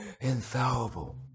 infallible